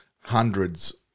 hundreds